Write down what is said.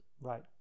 Right